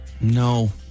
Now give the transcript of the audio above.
No